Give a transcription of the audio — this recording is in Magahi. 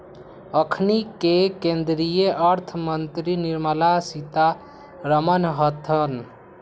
अखनि के केंद्रीय अर्थ मंत्री निर्मला सीतारमण हतन